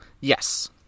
Yes